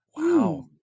wow